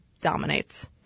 dominates